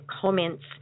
comments